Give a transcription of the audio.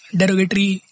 derogatory